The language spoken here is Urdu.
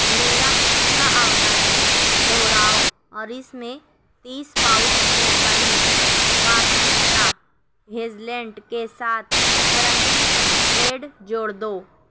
میرا پچھلا آرڈر دوہراؤ اور اس میں تیس پاؤچ کیڈبری بارنویٹا ہیزلنٹ کے ساتھ کرنچی اسپریڈ جوڑ دو